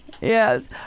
Yes